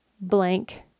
blank